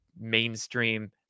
mainstream